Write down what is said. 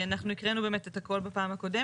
אנחנו הקראנו באמת את הכל בפעם הקודמת.